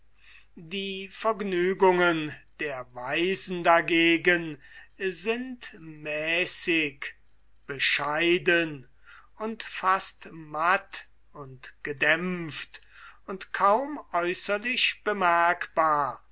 die vergnügungen der weisen dagegen sind mäßig bescheiden und fast matt und gedämpft und kaum äußerlich bemerkbar